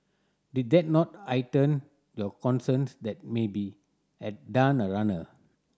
did that not heighten your concerns that maybe had done a runner